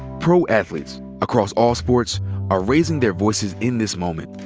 pro athletes across all sports are raising their voices in this moment.